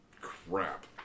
Crap